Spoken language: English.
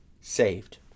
saved